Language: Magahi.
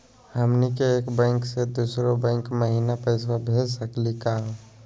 हमनी के एक बैंको स दुसरो बैंको महिना पैसवा भेज सकली का हो?